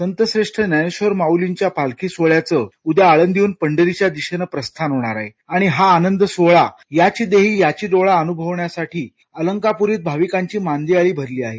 संत श्री ज्ञानेधर माउलींच्या पालखी सोहळ्याचं उद्या आळंदीहून पंढरीच्या दिशेनं प्रस्थान होणार आहे आणि हा आनंद सोहळा याची देही याची डोळा अनुभवण्यासाठी अलंकापुरीत भाविकांची मांदियाळी भरली आहे